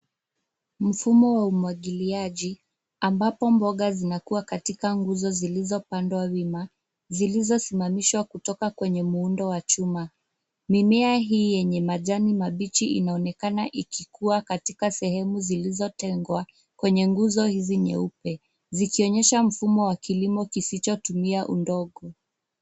Mfumo wa umwagiliaji ambapo mboga zinakua katika nguzo zilizopandwa wima, zilizosimamishwa kutoka kwenye muundo wa chuma. Mimea hii yenye majani mabichi inaonekana ikikua katika sehemu zilizotengwa kwenye nguzo hizi nyeupe, zikionyesha mfumo wa kilimo kisichotumia udongo.